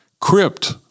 crypt